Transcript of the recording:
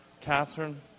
Catherine